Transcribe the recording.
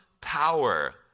power